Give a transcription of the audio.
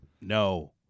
No